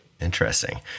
Interesting